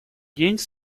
день